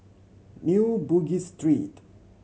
New Bugis Street